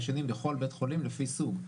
בכל בית חולים לפי סוג,